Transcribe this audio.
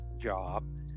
job